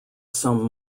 some